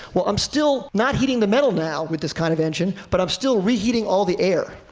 well, i'm still not heating the metal now, with this kind of engine, but i'm still reheating all the air.